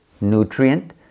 nutrient